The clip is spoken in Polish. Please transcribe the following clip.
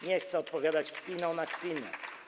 Nie chcę odpowiadać kpiną na kpinę.